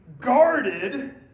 guarded